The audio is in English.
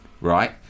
right